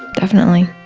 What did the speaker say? definitely.